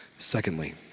Secondly